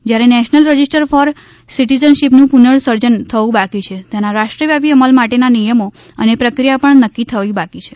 જ્યારે national register for સિટિજનશીપનું સર્જન થવું બાકી છે તેના રાષ્ટ્રવ્યાપી અમલ માટેના નિયમો અને પ્રક્રિયા પણ નક્કી થવી બાકી છે